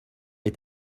est